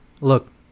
Look